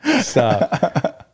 Stop